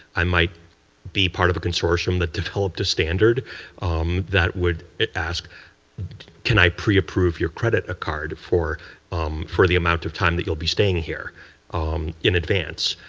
i may be part of a consortium that developed a standard that would ask can i pre approve your credit card for um for the amount of time you'll be staying here in advance?